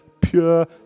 pure